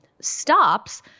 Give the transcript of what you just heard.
stops